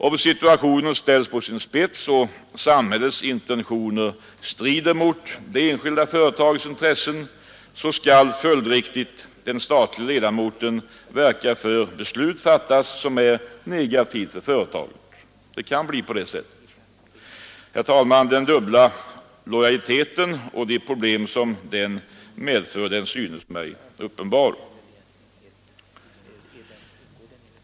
Om situationen ställs på sin spets, och samhällets intentioner strider emot det enskilda företagets intressen, skall följdriktigt den statliga ledamoten verka för att beslut fattas som är negativt för företaget. Det kan bli på det sättet. Herr talman, den dubbla lojaliteten och de problem den medför synes mig uppenbara.